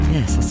Yes